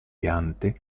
piante